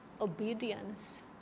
obedience